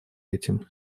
этим